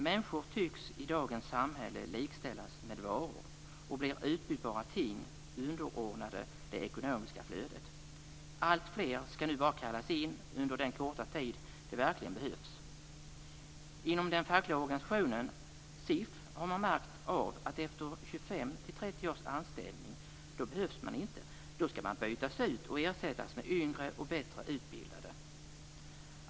Människor tycks i dagens samhälle likställas med varor och blir utbytbara ting, underordnade det ekonomiska flödet. Alltfler skall nu bara kallas in under den korta tid de verkligen behövs. Inom den fackliga organisationen SIF har man märkt av att efter 25-30 års anställning behövs man inte, utan då skall man bytas ut och ersättas med yngre och bättre utbildade.